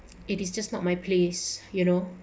it is just not my place you know